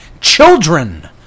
Children